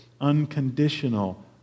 unconditional